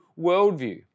worldview